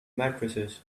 matrices